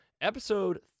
episode